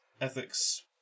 ethics